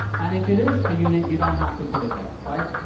and if it is a unit, you don't have to put it there, right?